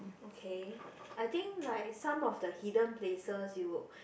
okay I think like some of the hidden places you